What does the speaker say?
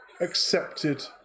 accepted